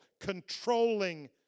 controlling